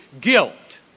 guilt